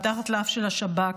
מתחת לאף של השב"כ,